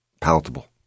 palatable